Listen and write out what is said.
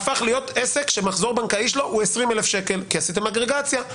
הפך להיות עסק שהמחזור הבנקאי שלו הוא 20,000 שקל כי עשיתם אגרגציה.